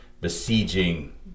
besieging